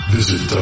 Visit